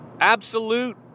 absolute